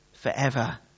forever